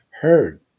heard